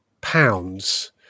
pounds